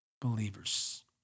believers